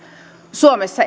suomessa ei